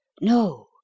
No